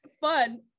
fun